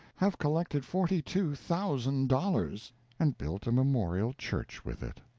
have collected forty-two thousand dollars and built a memorial church with it.